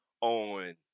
on